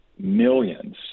millions